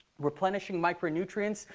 replenishing micronutrients,